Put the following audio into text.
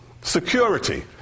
security